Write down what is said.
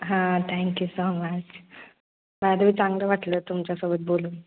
हां thank you so much by the way चांगलं वाटलं तुमच्यासोबत बोलून